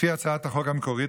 לפי הצעת החוק המקורית,